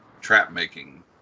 trap-making